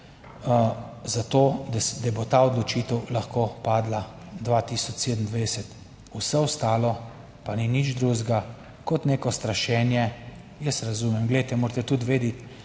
za to, da bo ta odločitev lahko padla 2027. Vse ostalo pa ni nič drugega kot neko strašenje. Jaz razumem, glejte, morate tudi vedeti,